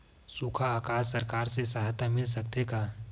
सुखा अकाल सरकार से सहायता मिल सकथे का?